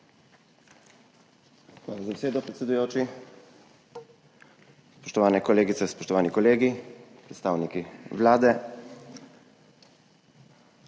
Hvala za besedo, predsedujoči. Spoštovane kolegice, spoštovani kolegi, predstavniki Vlade!